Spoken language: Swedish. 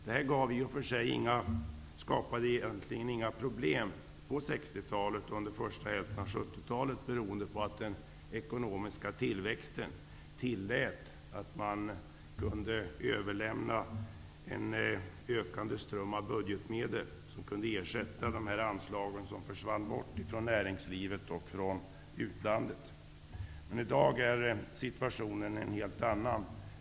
Detta skapade egentligen inga problem på 60-talet och under första hälften av 70-talet, beroende på att den ekonomiska tillväxten tillät att man överlämnade en ökande ström av budgetmedel som kunde ersätta de anslag från näringslivet och utlandet som försvann bort. I dag är situationen en helt annan.